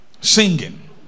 singing